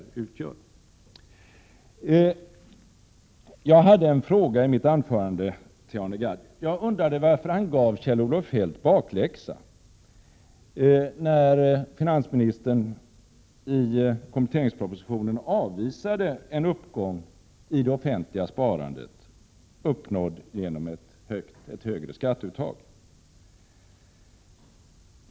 I mitt första anförande ställde jag en fråga till Arne Gadd. Jag undrade varför han gav Kjell-Olof Feldt bakläxa; finansministern hade ju i kompletteringspropositionen avvisat en uppgång i det offentliga sparandet, uppnådd genom ett högre skatteuttag.